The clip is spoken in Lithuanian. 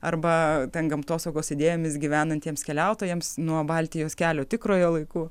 arba ten gamtosaugos idėjomis gyvenantiems keliautojams nuo baltijos kelio tikrojo laiku